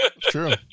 True